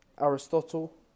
Aristotle